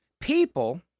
People